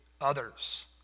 others